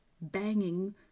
banging